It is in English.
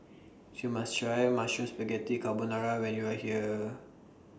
YOU must Try Mushroom Spaghetti Carbonara when YOU Are here